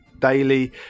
daily